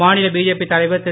மாநில பிஜேபி தலைவர் திரு